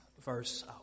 verse